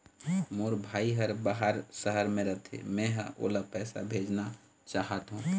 मोर भाई हर बाहर शहर में रथे, मै ह ओला पैसा भेजना चाहथों